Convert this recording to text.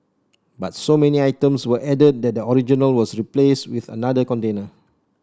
but so many items were added that the original was replaced with another container